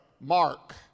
mark